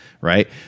Right